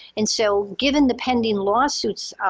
and so given the pending lawsuits,